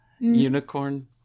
unicorn